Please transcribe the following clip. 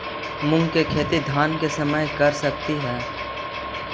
मुंग के खेती धान के समय कर सकती हे?